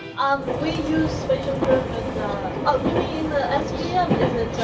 um we used facial curve and, ah you mean, the ah svm? is it,